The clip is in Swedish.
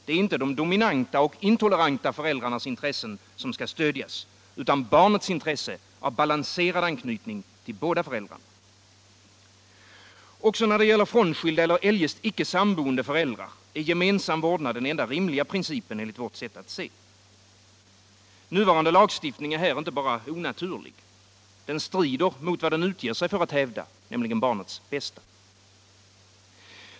Det är inte de dominanta och intoleranta föräldrarnas intressen som skall stödjas utan det är barnets intresse av balanserad anknytning till båda föräldrarna. Också när det gäller frånskilda eller eljest icke sammanboende föräldrar är gemensam vårdnad den enda rimliga principen enligt vårt sätt att se. Nuvarande lagstiftning är här inte bara onaturlig. Den strider mot vad den utger sig för att hävda, nämligen barnets bästa.